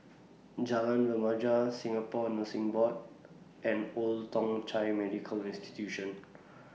Jalan Remaja Singapore Nursing Board and Old Thong Chai Medical Institution